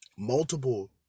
multiple